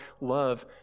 love